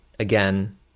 again